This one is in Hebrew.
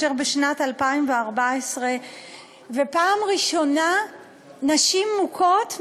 משנת 2014. ופעם ראשונה נשים מוכות,